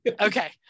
Okay